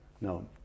no